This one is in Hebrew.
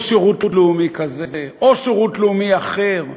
או שירות לאומי כזה, או שירות לאומי אחר,